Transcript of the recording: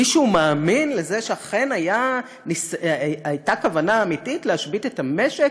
מישהו מאמין לזה שאכן הייתה כוונה אמיתית להשבית את המשק?